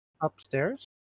Upstairs